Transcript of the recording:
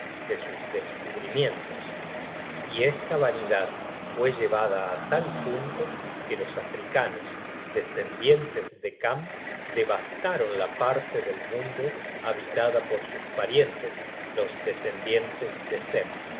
de sus descubrimientos y esta vanidad fue llevada á tal punto que los africanos descendientes de cam devastaron la parte del mundo habitada por sus parientes los descendientes de sem